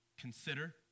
consider